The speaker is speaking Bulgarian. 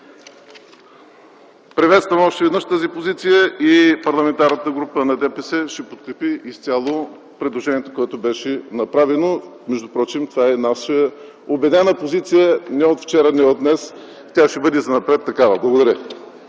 Приветствам още веднъж тази позиция. Парламентарната група на ДПС ще подкрепи изцяло предложението, което беше направено. Между впрочем това е наша убедена позиция не от вчера, не от днес, тя ще бъде и занапред такава. Благодаря